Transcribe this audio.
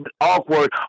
awkward